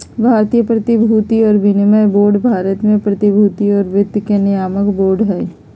भारतीय प्रतिभूति और विनिमय बोर्ड भारत में प्रतिभूति और वित्त के नियामक बोर्ड हइ